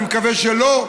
אני מקווה שלא,